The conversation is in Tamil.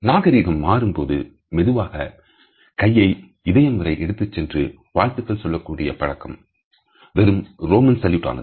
நாகரீகம் மாறும்போது மெதுவாக கையை இதயம் வரை எடுத்துச் சென்று வாழ்த்துக்கள் சொல்லக்கூடிய பழக்கம் வெறும் ரோமன் சல்யூட் ஆனது